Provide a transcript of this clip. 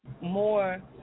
more